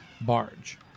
barge